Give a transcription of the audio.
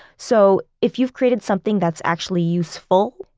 so if you've created something that's actually useful,